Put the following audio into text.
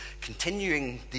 continuing